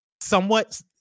somewhat